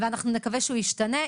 ואנחנו נקווה שהוא ישתנה,